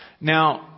Now